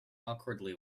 awkwardly